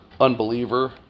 unbeliever